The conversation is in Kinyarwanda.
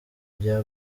bya